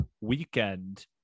weekend